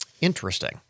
interesting